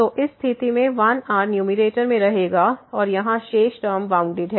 तो इस स्थिति में 1 r न्यूमैरेटर में रहेगा और यहाँ शेष टर्म बाउंडेड है